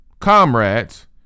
comrades